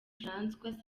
françois